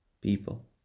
people